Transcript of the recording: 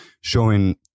showing